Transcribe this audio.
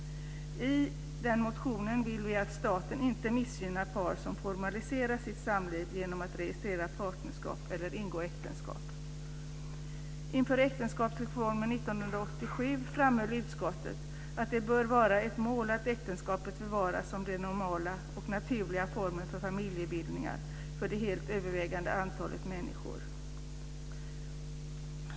I den motionen vill vi att staten inte missgynnar par som formaliserar sitt samliv genom att registrera partnerskap eller ingå äktenskap. Inför äktenskapsreformen 1987 framhöll utskottet att det bör vara ett mål att äktenskapet bevaras som den normala och naturliga formen för familjebildningar för det helt övervägande antalet människor.